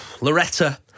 Loretta